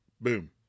boom